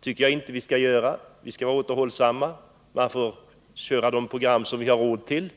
Det tycker jag inte de skall göra — de skall vara återhållsamma och får köra program som de har råd med.